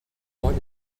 one